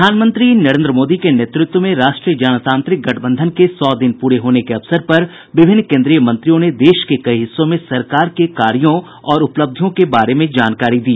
प्रधानमंत्री नरेन्द्र मोदी के नेतृत्व में राष्ट्रीय जनतांत्रिक गठबंधन के सौ दिन पूरे होने के अवसर पर विभिन्न केन्द्रीय मंत्रियों ने देश के कई हिस्सों में सरकार के कार्यों और उपलब्धियों के बारे में जानकारी दी